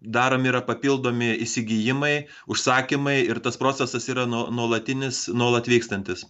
daromi yra papildomi įsigijimai užsakymai ir tas procesas yra nu nuolatinis nuolat vykstantis